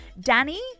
Danny